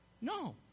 no